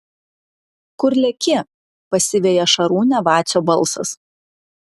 kur leki pasiveja šarūnę vacio balsas